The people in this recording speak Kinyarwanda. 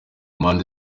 mpande